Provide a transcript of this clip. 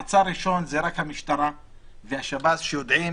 מעצר ראשון זה רק המשטרה והשב"ס, שיודעים